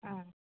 ᱚᱻ